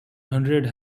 hundred